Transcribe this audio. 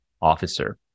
Officer